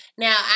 Now